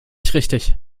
richtig